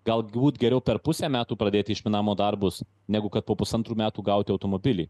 galbūt geriau per pusę metų pradėti išminavimo darbus negu kad po pusantrų metų gauti automobilį